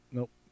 Nope